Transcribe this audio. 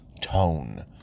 tone